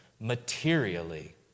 materially